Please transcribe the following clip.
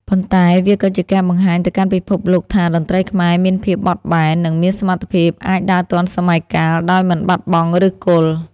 ប៉ុន្តែវាក៏ជាការបង្ហាញទៅកាន់ពិភពលោកថា តន្ត្រីខ្មែរមានភាពបត់បែន និងមានសមត្ថភាពអាចដើរទាន់សម័យកាលដោយមិនបាត់បង់ឫសគល់។